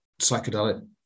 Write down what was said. psychedelic